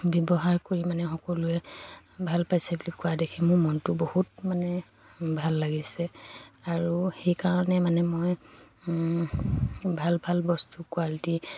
ব্যৱহাৰ কৰি মানে সকলোৱে ভাল পাইছে বুলি কোৱা দেখে মোৰ মনটো বহুত মানে ভাল লাগিছে আৰু সেইকাৰণে মানে মই ভাল ভাল বস্তু কোৱালিটি